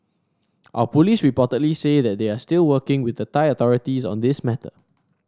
our police reportedly say that they are still working with Thai authorities on this matter